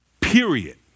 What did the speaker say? period